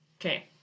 Okay